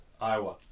Iowa